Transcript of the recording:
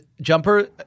Jumper